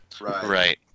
Right